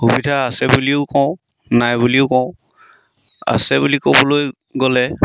সুবিধা আছে বুলিও কওঁ নাই বুলিও কওঁ আছে বুলি ক'বলৈ গ'লে